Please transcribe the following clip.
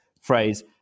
phrase